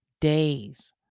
days